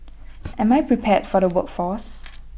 am I prepared for the workforce